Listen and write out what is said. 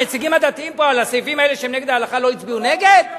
הנציגים הדתיים פה על הסעיפים האלה שהם נגד ההלכה לא הצביעו נגד?